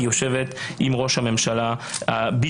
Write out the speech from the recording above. היא יושבת עם ראש הממשלה על